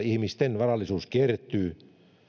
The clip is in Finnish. ihmisten varallisuus kertyy